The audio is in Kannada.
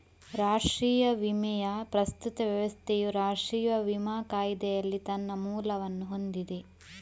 ರಾಷ್ಟ್ರೀಯ ವಿಮೆಯ ಪ್ರಸ್ತುತ ವ್ಯವಸ್ಥೆಯು ರಾಷ್ಟ್ರೀಯ ವಿಮಾ ಕಾಯಿದೆಯಲ್ಲಿ ತನ್ನ ಮೂಲವನ್ನು ಹೊಂದಿದೆ